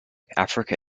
africa